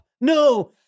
No